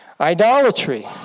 Idolatry